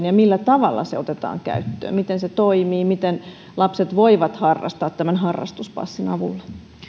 ja millä tavalla se otetaan käyttöön miten se toimii miten lapset voivat harrastaa tämän harrastuspassin avulla